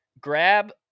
grab